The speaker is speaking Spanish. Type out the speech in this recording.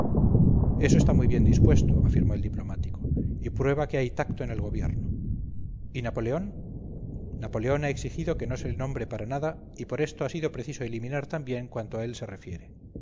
eso está muy bien dispuesto afirmó el diplomático y prueba que hay tacto en el gobierno y napoleón napoleón ha exigido que no se le nombre para nada y por esto ha sido preciso eliminar también cuanto a él se refiere